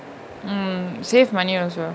mm save money also